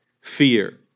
fear